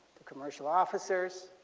commercial officers.